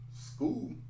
School